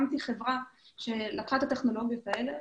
הקמתי חברה שלקחה את הטכנולוגיות האלה